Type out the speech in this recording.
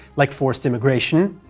like forced emigration,